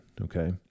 Okay